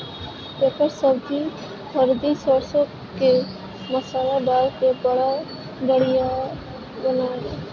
एकर सब्जी हरदी सरसों के मसाला डाल के बड़ा बढ़िया बनेला